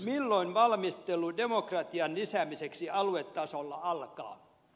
milloin valmistelu demokratian lisäämiseksi aluetasolla alkaa